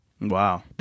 Wow